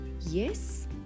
Yes